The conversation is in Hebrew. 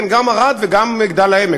כן, גם בערד וגם במגדל-העמק.